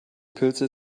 pilze